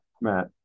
Matt